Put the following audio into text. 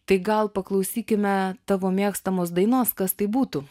tai gal paklausykime tavo mėgstamos dainos kas tai būtų